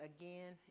again